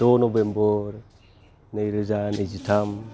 द' नबेम्बर नैरोजा नैजिथाम